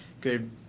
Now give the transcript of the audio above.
good